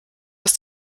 aus